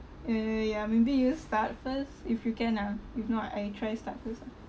uh ya maybe you start first if you can ah if not I try to start fist ah